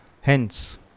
Hence